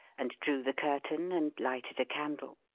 and drew the curtain, and lighted a candle.